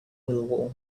will